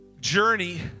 journey